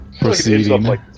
Proceeding